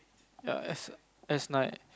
ya S S nine